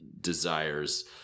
desires